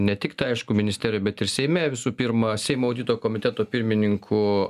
ne tik tai aišku ministerijų bet ir seime visų pirma seimo audito komiteto pirmininku